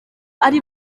ari